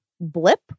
blip